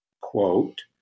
quote